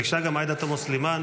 ביקשה גם עאידה תומא סלימאן,